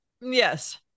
yes